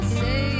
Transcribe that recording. say